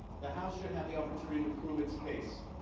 the house should have the opportunity to prove its case.